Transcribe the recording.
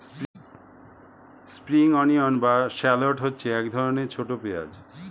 spring onion বা shallot হচ্ছে এক ধরনের ছোট পেঁয়াজ